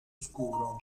scuro